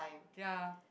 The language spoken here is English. ya